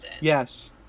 yes